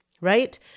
right